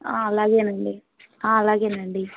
అలాగేనండి అలాగేనండి